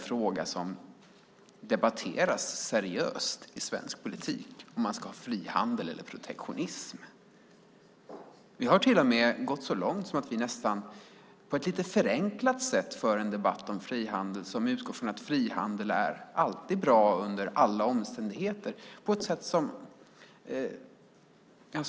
Frågan om frihandel eller protektionism är inte något som debatteras seriöst i svensk politik. Vi har till och med gått så långt att vi nästan på ett lite förenklat sätt för en debatt om frihandel som utgår från att frihandel alltid är bra under alla omständigheter.